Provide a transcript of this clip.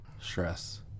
Stress